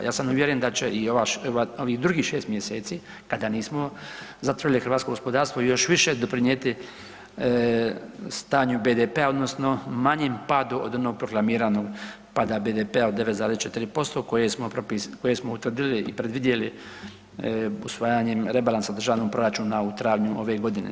Ja sam uvjeren da će i ovih drugih 6 mjeseci kada nismo zatvorili hrvatsko gospodarstvo još više doprinijeti stanju BDP-a odnosno manjem padu od onog proklamiranog pada BDP-a od 9,4% koje smo propisali, koje smo utvrdili i predvidjeli usvajanjem rebalansa državnog proračuna u travnju ove godine.